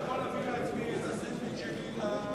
אני יכול להביא לעצמי את הסנדוויץ' שלי?